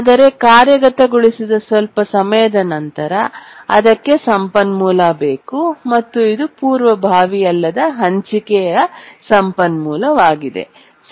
ಆದರೆ ಕಾರ್ಯಗತಗೊಳಿಸಿದ ಸ್ವಲ್ಪ ಸಮಯದ ನಂತರ ಅದಕ್ಕೆ ಸಂಪನ್ಮೂಲ ಬೇಕು ಮತ್ತು ಇದು ಪೂರ್ವಭಾವಿ ಅಲ್ಲದ ಹಂಚಿಕೆಯ ಸಂಪನ್ಮೂಲವಾಗಿದೆ